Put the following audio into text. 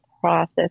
process